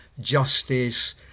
justice